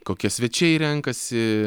kokie svečiai renkasi